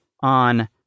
on